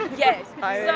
yes! oh,